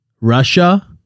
Russia